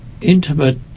intimate